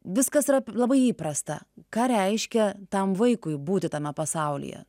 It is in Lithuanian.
viskas yra labai įprasta ką reiškia tam vaikui būti tame pasaulyje